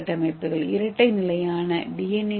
ஏ nano கட்டமைப்புகள் இரட்டை நிலையான டி